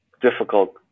difficult